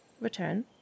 return